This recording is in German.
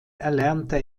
erlernte